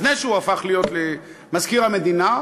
לפני שהוא הפך להיות מזכיר המדינה,